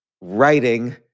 writing